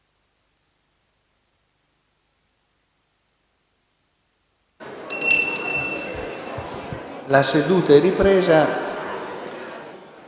La seduta è ripresa.